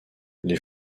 les